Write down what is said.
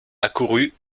accourut